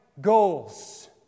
goals